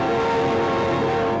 or